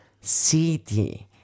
city